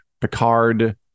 picard